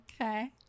okay